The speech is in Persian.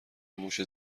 موش